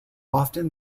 often